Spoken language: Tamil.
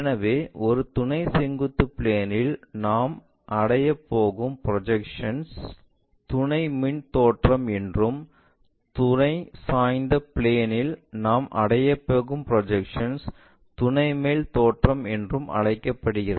எனவே ஒரு துணை செங்குத்து பிளேன் இல் நாம் அடையப் போகும் ப்ரொஜெக்ஷன்ஸ் துணை முன் தோற்றம் என்றும் துணை சாய்ந்த பிளேன் இல் நாம் அடையப் போகும் ப்ரொஜெக்ஷன்ஸ் துணை மேல் தோற்றம் என்றும் அழைக்கப்படுகின்றன